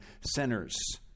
sinners